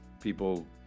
people